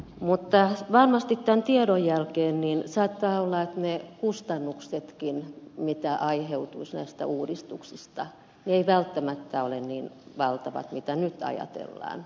mutta varmasti tämän tiedon jälkeen saattaa olla että ne kustannuksetkin mitkä aiheutuisivat näistä uudistuksista eivät välttämättä ole niin valtavat kuin nyt ajatellaan